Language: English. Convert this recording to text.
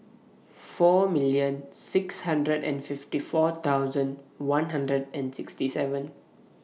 four million six hundred and fifty four thousand one hundred and sixty seven